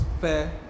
fair